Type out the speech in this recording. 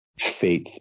faith